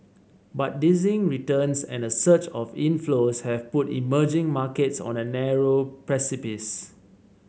but dizzying returns and a surge of inflows have put emerging markets on a narrow precipice